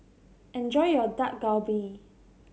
enjoy your Dak Galbi